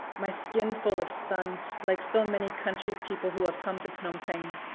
my skin full of sun like so many country people who have come to phnom penh.